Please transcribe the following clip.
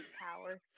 power